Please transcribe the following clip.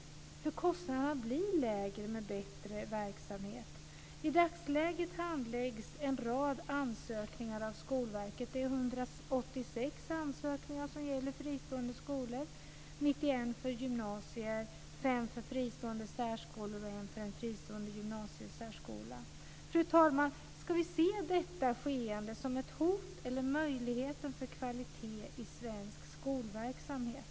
Kostnaderna blir lägre med bättre verksamhet. I dagsläget handläggs en rad ansökningar av Fru talman! Ska vi se detta skeende som ett hot eller som en möjlighet för kvalitet i svensk skolverksamhet?